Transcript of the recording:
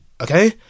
okay